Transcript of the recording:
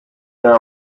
there